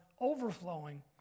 overflowing